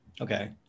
Okay